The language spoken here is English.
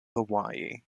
hawaii